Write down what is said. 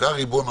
דעתך הושמעה,